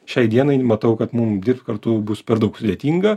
šiai dienai matau kad mum dirbt kartu bus per daug sudėtinga